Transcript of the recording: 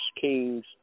Kings